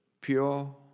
pure